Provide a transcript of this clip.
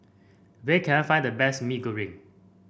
where can I find the best Mee Goreng